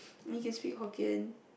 and he can speak Hokkien